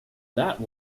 that